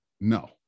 No